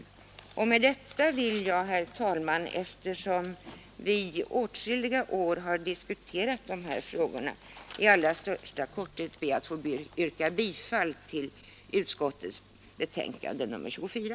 Med det anförda ber jag, herr talman, eftersom vi åtskilliga år har diskuterat dessa frågor, i allra största korthet att få yrka bifall till justitieutskottets hemställan i dess betänkande nr 24.